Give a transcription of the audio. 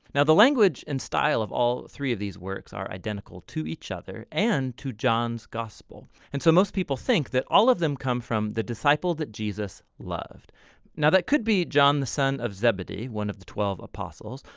now the language and style of all three of these works are identical to each other and to john's gospel and so most people think that all of them come from the disciple that jesus loved now that could be john the sons of zebedee, one of the twelve apostles,